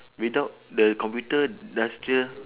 without the computer the industrial